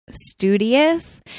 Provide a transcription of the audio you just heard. studious